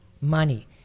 money